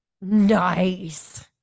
Nice